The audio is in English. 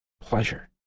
Pleasure